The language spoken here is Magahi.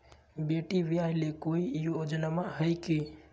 बेटी ब्याह ले कोई योजनमा हय की?